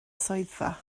swyddfa